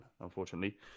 unfortunately